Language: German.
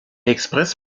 express